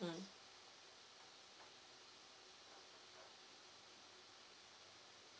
mm